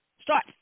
Start